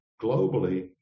globally